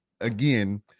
again